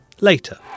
Later